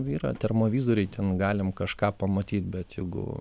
yra termovizoriai ten galim kažką pamatyt bet jeigu